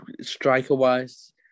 striker-wise